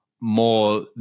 more